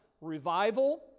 Revival